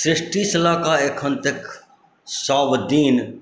सृष्टिसँ लऽ के अखन तक सब दिन